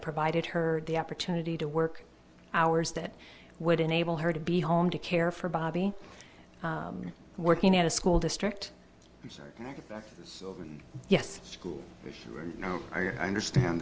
provided her the opportunity to work hours that would enable her to be home to care for bobbie working at a school district so yes school now i understand